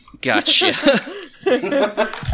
Gotcha